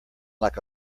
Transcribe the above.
like